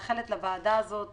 אני מאחלת לוועדה הזאת